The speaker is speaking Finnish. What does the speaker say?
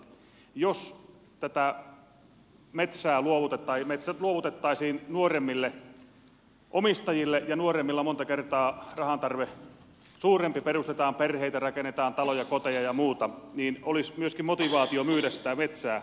jos metsät luovutettaisiin nuoremmille omistajille ja nuoremmilla monta kertaa rahantarve on suurempi perustetaan perheitä rakennetaan taloja koteja ja muuta niin olisi myöskin motivaatiota myydä sitä metsää